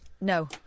No